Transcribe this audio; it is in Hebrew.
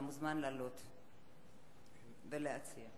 חבר הכנסת דב חנין, אתה מוזמן לעלות ולהציע.